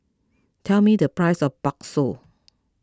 tell me the price of Bakso